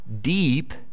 deep